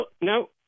no